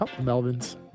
Melvin's